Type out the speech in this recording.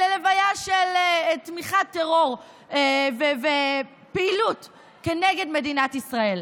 ללוויה של תמיכה בטרור ופעילות כנגד מדינת ישראל.